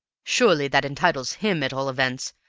surely that entitles him, at all events,